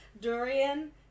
durian